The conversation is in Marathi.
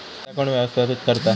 खाता कोण व्यवस्थापित करता?